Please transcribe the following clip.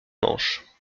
manche